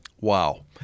Wow